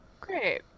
Great